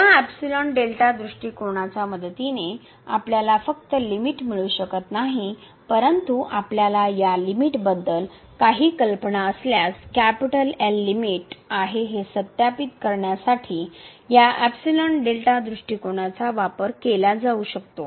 या दृष्टिकोनाच्या मदतीने आपल्याला फक्त लिमिट मिळू शकत नाही परंतु आपल्याला या लिमिट बद्दल काही कल्पना असल्यास Lलिमिट आहे हे सत्यापित करण्यासाठी या दृष्टिकोनाचा वापर केला जाऊ शकतो